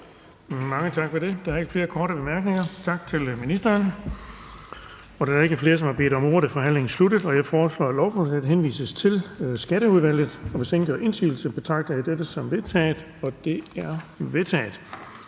Tak for det. Der er ikke flere korte bemærkninger. Tak til ministeren. Da der ikke er flere, der har bedt om ordet, er forhandlingen sluttet. Jeg foreslår, at lovforslaget henvises til Skatteudvalget. Hvis ingen gør indsigelse, betragter jeg dette som vedtaget. Det er vedtaget.